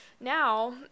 now